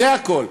זה הכול.